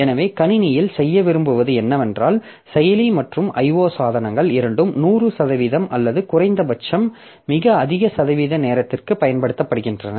எனவே கணினியில் செய்ய விரும்புவது என்னவென்றால் செயலி மற்றும் IO சாதனங்கள் இரண்டும் 100 சதவிகிதம் அல்லது குறைந்தபட்சம் மிக அதிக சதவீத நேரத்திற்கு பயன்படுத்தப்படுகின்றன